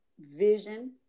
vision